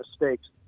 mistakes